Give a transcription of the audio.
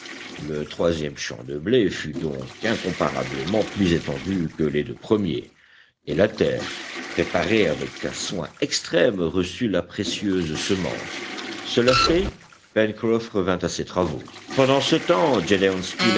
le troisième champ de blé fut donc incomparablement plus étendu que les deux premiers et la terre préparée avec un soin extrême reçut la précieuse semence cela fait pencroff revint à ses travaux pendant ce temps